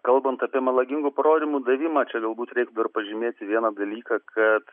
kalbant apie melagingų parodymų davimą čia galbūt reiktų pažymėti vieną dalyką kad